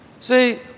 See